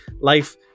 life